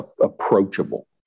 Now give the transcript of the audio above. approachable